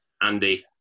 Andy